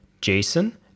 jason